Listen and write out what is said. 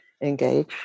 engage